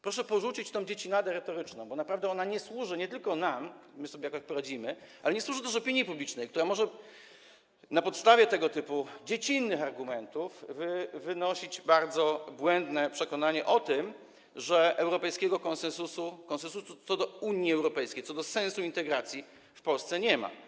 Proszę porzucić tę dziecinadę retoryczną, bo naprawdę ona nie służy nie tylko nam - my sobie jakoś poradzimy - ale nie służy też opinii publicznej, która może na podstawie tego typu dziecinnych argumentów wynosić bardzo błędne przekonanie o tym, że europejskiego konsensusu, konsensusu co do Unii Europejskiej, co do sensu integracji, w Polsce nie ma.